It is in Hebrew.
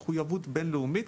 המחויבות הבין-לאומית,